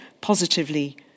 positively